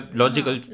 logical